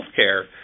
healthcare